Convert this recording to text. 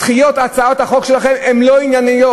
דחיית הצעות החוק היא לא עניינית.